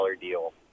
deal